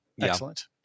excellent